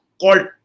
called